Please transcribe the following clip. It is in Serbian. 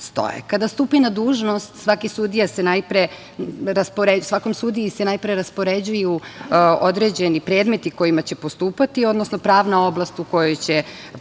stupe na dužnost svakom sudiji se najpre raspoređuju određeni predmeti po kojima će postupati, odnosno pravna oblast u kojoj će